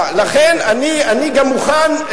לכן אני גם מוכן,